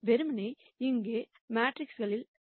வெறுமனே இங்கே மேட்ரிக்ஸ்களில் பயன்படுத்தப்படுகிறது